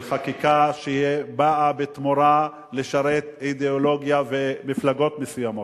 של חקיקה שבאה בתמורה לשרת אידיאולוגיה ומפלגות מסוימות,